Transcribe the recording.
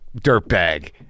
Dirtbag